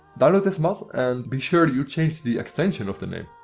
download this mod and be sure you change the extension of the name.